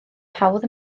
hawdd